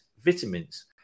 Vitamins